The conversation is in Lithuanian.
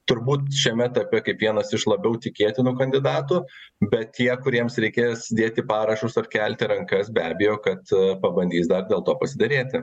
turbūt šiame etape kaip vienas iš labiau tikėtinų kandidatų bet tie kuriems reikės dėti parašus ar kelti rankas be abejo kad pabandys dar dėl to pasiderėti